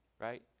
Right